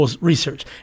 research